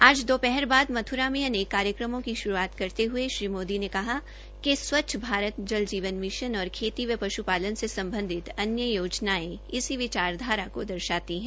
आज दोपहर बाद मथुरा में अनेक कार्यक्रमों की शुरूआत करते हये श्रीमोदी ने कहा कि स्वच्द भारत जल जीवन मिशन और खेती व पशुपालन से सम्बंधित अन्य योजनायें इसी विचारधारा को दर्शाती है